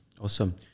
awesome